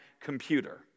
computer